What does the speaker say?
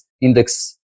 index